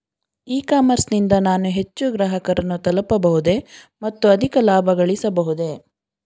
E commerce ನಿಂದ ನಾನು ಹೆಚ್ಚು ಗ್ರಾಹಕರನ್ನು ತಲುಪಬಹುದೇ ಮತ್ತು ಅಧಿಕ ಲಾಭಗಳಿಸಬಹುದೇ?